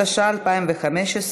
התשע"ז 2017,